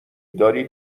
داری